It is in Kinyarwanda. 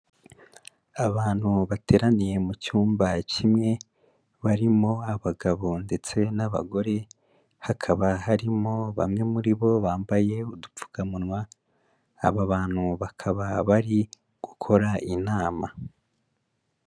Abantu bateraniye mu cyumba kimwe, barimo abagabo ndetse n'abagore, hakaba harimo bamwe muri bo bambaye udupfukamunwa, aba bantu bakaba bari gukora inama.